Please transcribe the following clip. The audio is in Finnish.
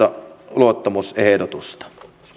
epäluottamusehdotusta